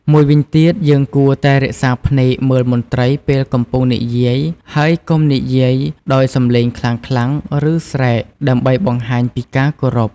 មួយវិញទៀត យើងគួរតែរក្សាភ្នែកមើលមន្ត្រីពេលកំពុងនិយាយ ហើយកុំនិយាយដោយសំឡេងខ្លាំងៗ ឬ ស្រែក ដើម្បីបង្ហាញពីការគោរព។